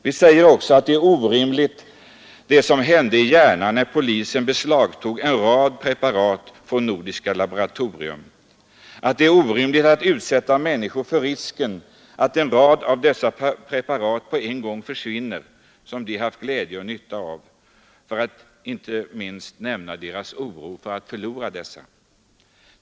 Vi säger också att det som hände i Järna, när polisen beslagtog en rad preparat från Nordiska laboratoriet, visar att reglerna måste reformeras. Det är orimligt att utsätta människor för risken att en rad av de preparat på en gång försvinner som de haft glädje och nytta av. Inte minst bör man nämna deras oro över detta.